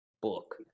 book